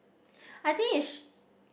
I think is sh~